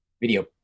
video